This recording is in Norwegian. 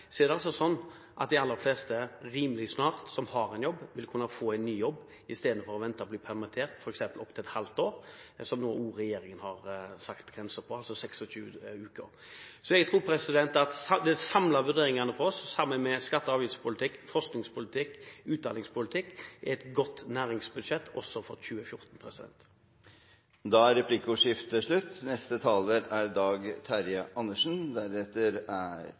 de aller fleste som har en jobb, rimelig snart kunne få en ny jobb istedenfor å bli permittert i f.eks. opp til et halvt år, som nå også regjeringen har satt grensen til – altså 26 uker. Så jeg tror at de samlede vurderingene fra oss – sammen med skatte- og avgiftspolitikk, forskningspolitikk og utdanningspolitikk – gir et godt næringsbudsjett også for 2014. Replikkordskiftet er